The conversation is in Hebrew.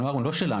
הנוער הוא לא שלנו,